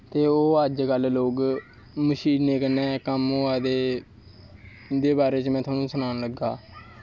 ते ओह् अज्ज कल मशीनें कन्नैं कम्म होआ दे उंदे बारे च में तोआनू सनान लगा